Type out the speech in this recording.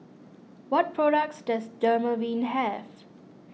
what products does Dermaveen have